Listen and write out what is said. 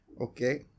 okay